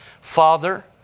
Father